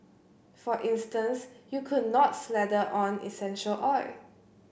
for instance you could not slather on essential oil